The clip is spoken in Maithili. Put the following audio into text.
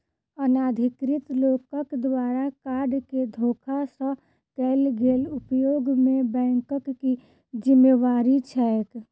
अनाधिकृत लोकक द्वारा कार्ड केँ धोखा सँ कैल गेल उपयोग मे बैंकक की जिम्मेवारी छैक?